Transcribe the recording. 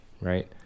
right